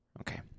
Okay